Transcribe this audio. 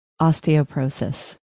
osteoporosis